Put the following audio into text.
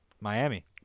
Miami